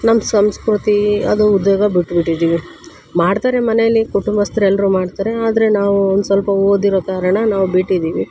ನಮ್ಮ ಸಂಸ್ಕೃತಿ ಅದು ಉದ್ಯೋಗ ಬಿಟ್ಟುಬಿಟ್ಟಿದ್ದೀವಿ ಮಾಡ್ತಾರೆ ಮನೇಲಿ ಕುಟುಂಬಸ್ಥರೆಲ್ರೂ ಮಾಡ್ತಾರೆ ಆದರೆ ನಾವು ಒಂದು ಸ್ವಲ್ಪ ಓದಿರೋ ಕಾರಣ ನಾವು ಬಿಟ್ಟಿದ್ದೀವಿ